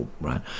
right